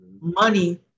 money